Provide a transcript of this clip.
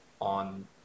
on